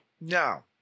No